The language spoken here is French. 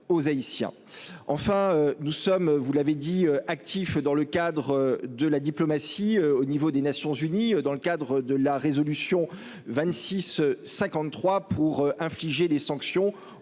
enfin nous sommes vous l'avez dit actif dans le cadre de la diplomatie au niveau des Nations unies dans le cadre de la résolution 26 53 pour infliger des sanctions